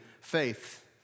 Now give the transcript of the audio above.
faith